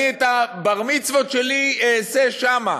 אני את הבר-מצוות שלי אעשה שם,